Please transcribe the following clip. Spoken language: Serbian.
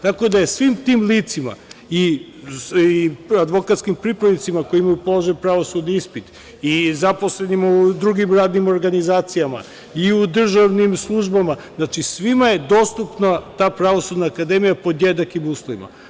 Tako da je svim tim licima, i advokatskim pripravnicima koji imaju položen pravosudni ispit i zaposlenima u drugim radnim organizacijama, i u državnim službama, znači, svima je dostupna ta Pravosudna akademija pod jednakim uslovima.